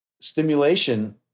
stimulation